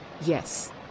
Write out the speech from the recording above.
Yes